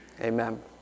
Amen